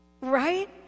Right